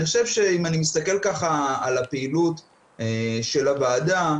אני חושב שאם אני מסתכל על הפעילות של הוועדה,